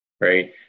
right